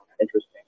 interesting